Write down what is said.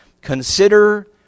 Consider